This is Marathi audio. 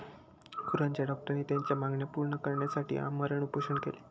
गुरांच्या डॉक्टरांनी त्यांच्या मागण्या पूर्ण करण्यासाठी आमरण उपोषण केले